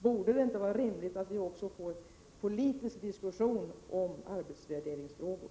Borde det inte också vara rimligt att vi får en politisk diskussion om arbetsvärderingsfrågor?